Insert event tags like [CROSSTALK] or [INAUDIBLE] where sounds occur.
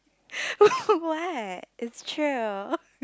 [LAUGHS] what it's true [LAUGHS]